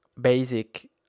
basic